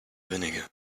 vinegar